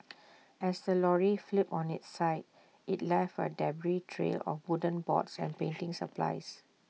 as the lorry flipped on its side IT left A debris trail of wooden boards and painting supplies